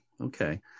Okay